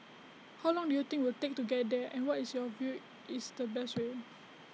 how long do you think we'll take to get there and what is your view is the best way